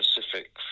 specific